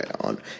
on